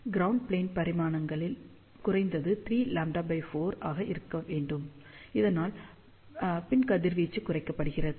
ground plane பரிமாணங்கள் குறைந்தது 3λ4 ஆக இருக்க வேண்டும் இதனால் பின் கதிர்வீச்சு குறைக்கப்பட்டது